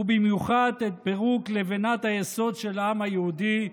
ובמיוחד על פירוק לבנת היסוד של העם היהודי,